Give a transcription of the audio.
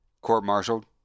Court-martialed